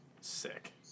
Sick